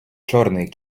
чорний